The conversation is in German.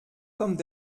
kommt